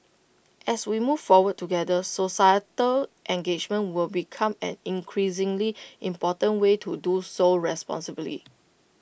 as we move forward together societal engagement will become an increasingly important way to do so responsibly